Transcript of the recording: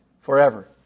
Forever